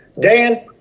Dan